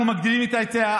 אנחנו מגדילים את ההיצע,